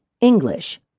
English